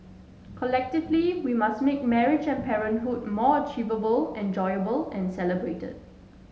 collectively we must make marriage and parenthood more achievable enjoyable and celebrated